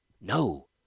No